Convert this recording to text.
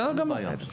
בסדר גמור.